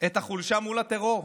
את החולשה מול הטרור,